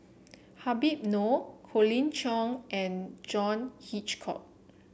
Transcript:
Habib Noh Colin Cheong and John Hitchcock